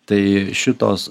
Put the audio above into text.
tai šitos